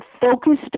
focused